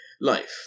Life